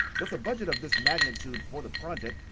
with the budget of this magnitude for the project,